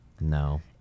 No